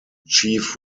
chief